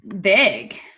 big